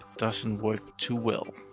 doesn't work too well.